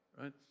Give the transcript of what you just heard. right